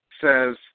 says